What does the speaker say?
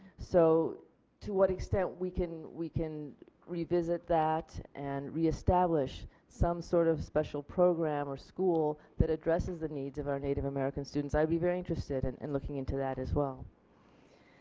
so to what extent we can we can revisit that and reestablish some sort of special program or school that addresses the needs of our native american students i would be very interested in and looking into that as well.